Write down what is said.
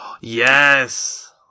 Yes